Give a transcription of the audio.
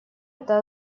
это